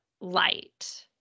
light